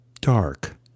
dark